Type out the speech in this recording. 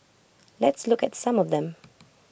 let's look at some of them